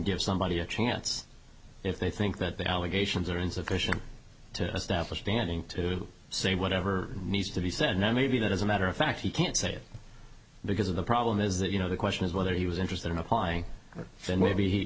give somebody a chance if they think that the allegations are insufficient to establish standing to say whatever needs to be said now maybe that as a matter of fact he can't say it because of the problem is that you know the question is whether he was interested in applying